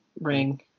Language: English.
ring